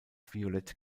violett